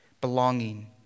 Belonging